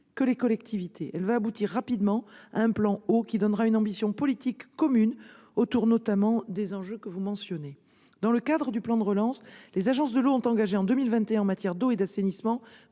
que les collectivités. Elle va aboutir rapidement à un plan eau, qui fixera une ambition politique commune, autour, notamment, des enjeux que vous mentionnez. Dans le cadre du plan de relance, les agences de l'eau ont engagé en 2021 près de 250 millions